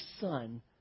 son